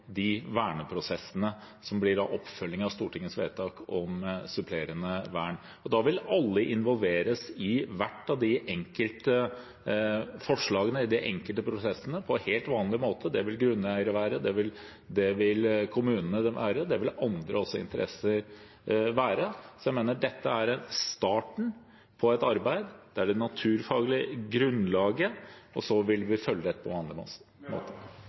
de verneprosessene som blir en oppfølging av Stortingets vedtak om supplerende vern. Da vil alle være involvert i hvert av de enkelte forslagene, i de enkelte prosessene, på helt vanlig måte – det vil grunneiere være, det vil kommunene være, og det vil også andre interesser være. Dette er starten på et arbeid, det er det naturfaglige grunnlaget, og så vil vi følge dette på vanlig